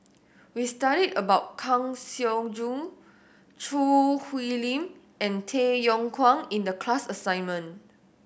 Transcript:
we studied about Kang Siong Joo Choo Hwee Lim and Tay Yong Kwang in the class assignment